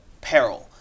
peril